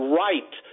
right